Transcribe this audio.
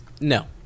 No